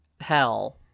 hell